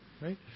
right